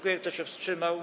Kto się wstrzymał?